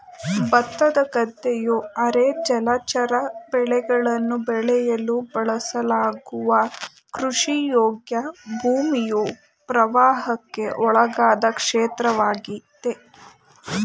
ಭತ್ತದ ಗದ್ದೆಯು ಅರೆ ಜಲಚರ ಬೆಳೆಗಳನ್ನು ಬೆಳೆಯಲು ಬಳಸಲಾಗುವ ಕೃಷಿಯೋಗ್ಯ ಭೂಮಿಯ ಪ್ರವಾಹಕ್ಕೆ ಒಳಗಾದ ಕ್ಷೇತ್ರವಾಗಿದೆ